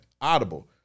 Audible